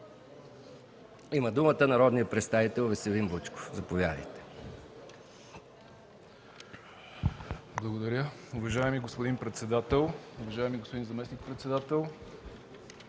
от народния представител Веселин Вучков.) Заповядайте